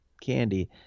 candy